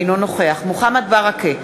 אינו נוכח מוחמד ברכה,